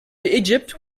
egypt